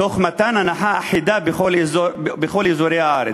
תוך מתן הנחה אחידה בכל אזורי הארץ.